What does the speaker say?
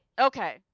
Okay